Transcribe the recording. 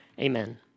Amen